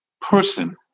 person